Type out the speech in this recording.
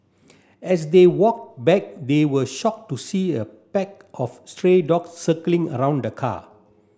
as they walked back they were shocked to see a pack of stray dogs circling around the car